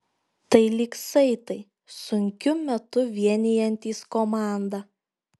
tai lyg saitai sunkiu metu vienijantys komandą